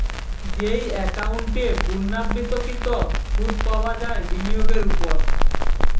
যেই একাউন্ট এ পূর্ণ্যাবৃত্তকৃত সুধ পাবা হয় বিনিয়োগের ওপর